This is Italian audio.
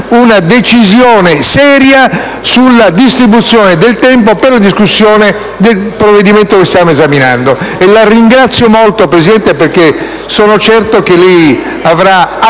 una decisione seria sulla distribuzione del tempo per la discussione del provvedimento che stiamo esaminando e la ringrazio molto, signor Presidente, perché sono certo che lei avrà apprezzato